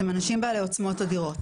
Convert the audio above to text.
אתם אנשים בעלי עוצמות אדירות.